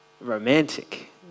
romantic